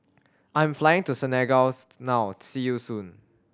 I am flying to Senegal's now see you soon